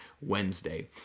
Wednesday